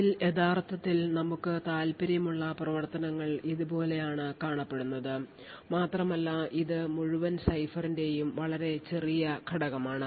അതിൽ യഥാർത്ഥത്തിൽ നമുക്ക് താൽപ്പര്യമുള്ള പ്രവർത്തനങ്ങൾ ഇതുപോലെയാണ് കാണപ്പെടുന്നത് മാത്രമല്ല ഇത് മുഴുവൻ സൈഫറിൻറെയും വളരെ ചെറിയ ഘടകമാണ്